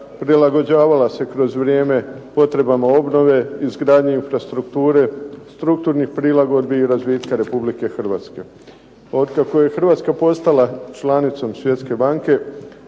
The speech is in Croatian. prilagođavala se kroz vrijeme potrebama obnove, izgradnje infrastrukture, strukturnih prilagodbi i razvitka Republike Hrvatske. Od kako je Hrvatska postala članicom Svjetske banke